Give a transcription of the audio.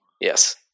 Yes